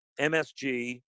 MSG